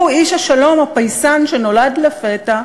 הוא, איש השלום, הפייסן שנולד לפתע,